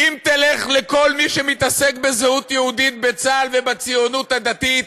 אם תלך לכל מי שמתעסק בזהות יהודית בצה"ל ובציונות הדתית,